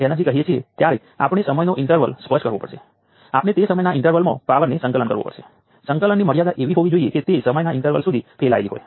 તેથી સામાન્ય રીતે આપણે N નોડ્સ અને B શાખાઓ સાથે સર્કિટ કરી શકીએ